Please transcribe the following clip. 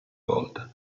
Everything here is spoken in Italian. volta